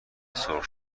سرخ